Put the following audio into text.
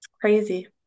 crazy